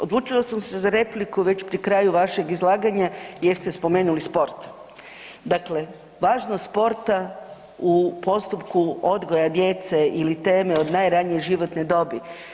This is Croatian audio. Odlučila sam se za repliku već pri kraju vašeg izlaganja gdje ste spomenuli sport, dakle važnost sporta u postupku odgoja djece ili teme od najranije životne dobi.